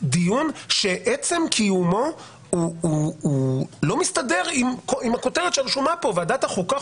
דיון שעצם קיומו הוא לא מסתדר עם הכותרת שרשומה פה: ועדת החוקה,